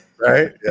right